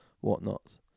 whatnot